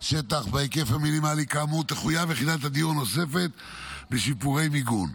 שטח בהיקף המינימלי כאמור תחויב יחידת הדיור הנוספת בשיפורי מיגון.